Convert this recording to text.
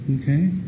Okay